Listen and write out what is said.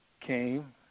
came